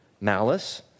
malice